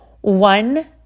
One